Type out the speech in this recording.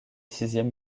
sixième